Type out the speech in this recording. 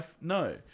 No